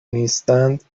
نیستند